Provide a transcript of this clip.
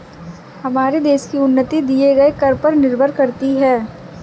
हमारे देश की उन्नति दिए गए कर पर निर्भर करती है